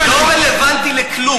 לא רלוונטי לכלום.